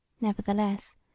Nevertheless